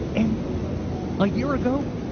and a year ago,